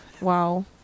wow